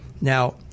Now